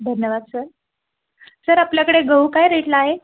धन्यवाद sir sir आपल्याकडे गहू काय रेटला आहे